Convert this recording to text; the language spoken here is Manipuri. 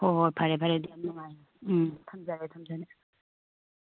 ꯍꯣꯏ ꯍꯣꯏ ꯐꯔꯦ ꯐꯔꯦ ꯑꯗꯨ ꯌꯥꯝ ꯅꯨꯡꯉꯥꯏꯔꯦ ꯎꯝ ꯊꯝꯖꯔꯦ ꯊꯝꯖꯔꯦ